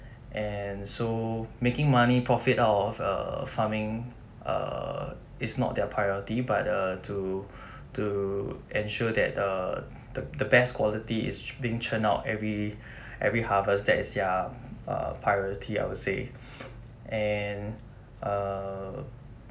and so making money profit out of err farming err is not their priority but err to to ensure that uh the the best quality is chu~ is being churned out every every harvest that is their uh priority I would say and uh